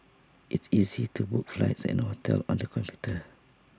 IT easy to book flights and hotels on the computer